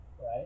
right